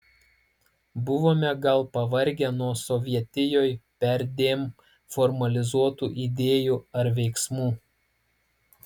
buvome gal pavargę nuo sovietijoj perdėm formalizuotų idėjų ar veiksmų